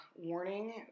warning